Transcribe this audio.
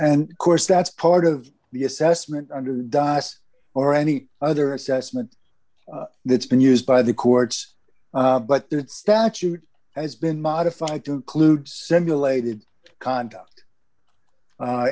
and course that's part of the assessment under dice or any other assessment and it's been used by the courts but the statute has been modified to include simulated conduct